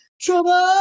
trouble